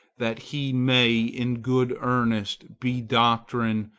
that he may in good earnest be doctrine,